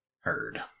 Heard